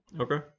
Okay